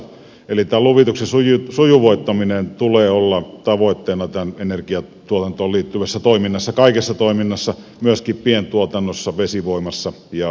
eli luvituksen sujuvoittamisen tulee olla tavoitteena kaikessa energiatuotantoon liittyvässä toiminnassa myöskin pientuotannossa vesivoimassa ja turpeessa